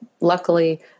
luckily